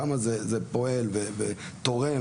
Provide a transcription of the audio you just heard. כמה זה עובד ותורם,